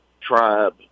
tribe